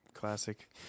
classic